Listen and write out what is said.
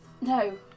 no